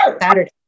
Saturday